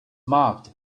marked